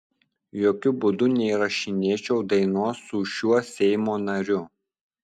jokiu būdu neįrašinėčiau dainos su šiuo seimo nariu